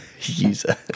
User